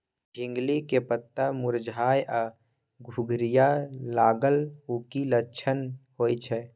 झिंगली के पत्ता मुरझाय आ घुघरीया लागल उ कि लक्षण होय छै?